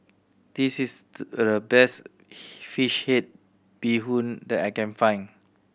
this is the best fish head bee hoon that I can find